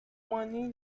money